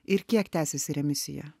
ir kiek tęsėsi remisija